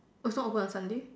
so open on Sunday